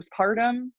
postpartum